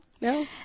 No